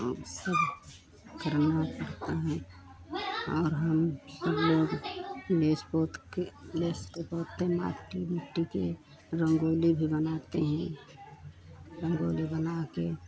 सब करना ना पड़ता है और हम सब लोग लेस पोत कर लेस कर पोत कर माटी मिट्टी के रंगोली भी बनाते हैं रंगोली बना कर